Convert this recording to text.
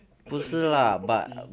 I thought you say 你要做 property